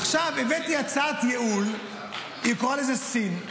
עכשיו, הבאתי הצעת ייעול, היא קוראת לזה סין.